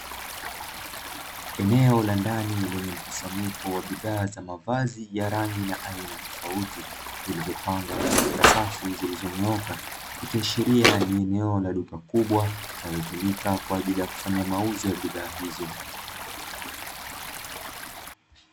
Eneo la ndani lenye mkusanyiko wa bidhaa za mavazi ya rangi na aina tofauti zilizopangwa katika safu zilizonyooka, ikiashiria ni eneo la duka kubwa linalotumika kwa ajili ya kufanya mauzo ya bidhaa hizo.